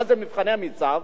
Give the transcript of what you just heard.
מה זה מבחני המיצ"ב,